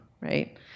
right